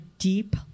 deep